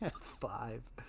Five